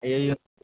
అయ్యయ్యో